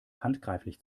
handgreiflich